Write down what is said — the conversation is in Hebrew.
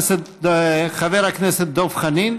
חבר הכנסת דב חנין,